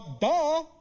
Duh